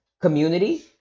community